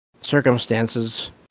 circumstances